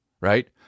right